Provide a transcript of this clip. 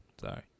Sorry